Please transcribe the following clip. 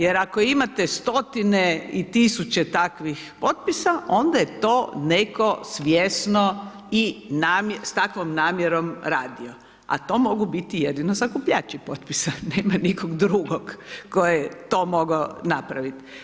Jer ako imate stotine tisuće takvih potpisa onda je to netko svjesno i s takvom namjerom radio, a to mogu biti jedini sakupljači potpisa, nema nikog drugog, tko je to mogao napraviti.